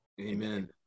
Amen